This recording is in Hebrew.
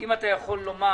האם אתה יכול לומר